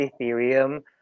Ethereum